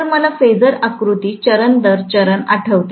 तर मला फेजर आकृती चरण दर चरण आठवते